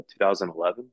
2011